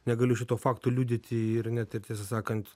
negaliu šito fakto liudyti ir ne tik tiesą sakant